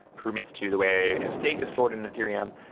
improvements to the way state is stored in ethereum.